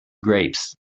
grapes